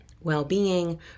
well-being